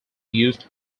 used